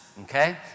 okay